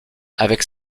avec